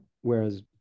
whereas